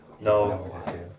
No